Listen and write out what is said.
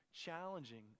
challenging